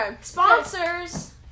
sponsors